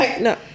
No